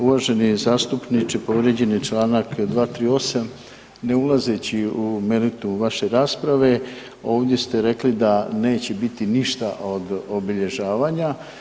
Uvaženi zastupniče povrijeđen je Članak 238. ne ulazeći u meritum vaše rasprave ovdje ste rekli da neće biti ništa od obilježavanja.